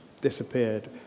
disappeared